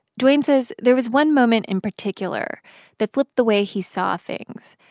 dwayne says there was one moment in particular that flipped the way he saw things.